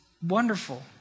Wonderful